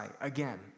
again